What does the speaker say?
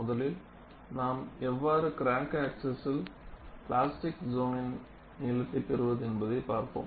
முதலில் நாம் எவ்வாறு கிராக் ஆக்ஸிஸில் பிளாஸ்டிக் சோனின் நீளத்தை பெறுவது என்பதை பார்ப்போம்